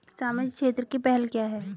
सामाजिक क्षेत्र की पहल क्या हैं?